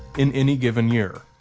in any given year.